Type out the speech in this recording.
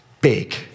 big